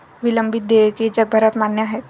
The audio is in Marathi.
विलंबित देयके जगभरात मान्य आहेत